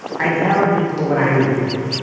i tell people what i need to hear,